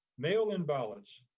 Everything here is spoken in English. mail in ballots.